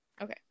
Okay